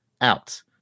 out